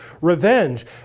revenge